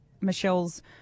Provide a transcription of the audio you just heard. Michelle's